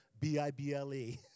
B-I-B-L-E